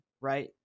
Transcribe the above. right